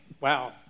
wow